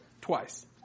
twice